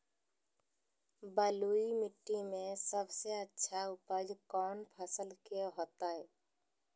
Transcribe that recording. बलुई मिट्टी में सबसे अच्छा उपज कौन फसल के होतय?